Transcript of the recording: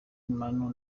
manu